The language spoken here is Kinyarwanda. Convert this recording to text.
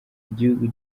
igihugu